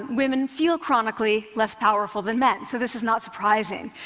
women feel chronically less powerful than men, so this is not surprising.